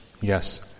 yes